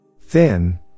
Thin